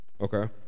okay